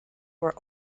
were